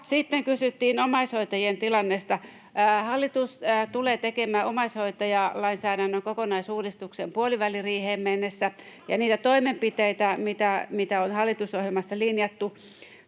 Sitten kysyttiin omaishoitajien tilanteesta. Hallitus tulee tekemään omaishoitajalainsäädännön kokonaisuudistuksen puoliväliriiheen mennessä. Ja niistä toimenpiteistä, mitä on hallitusohjelmassa linjattu: